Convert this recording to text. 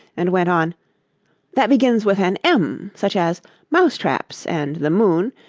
and went on that begins with an m, such as mouse-traps, and the moon,